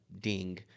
ding